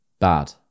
bad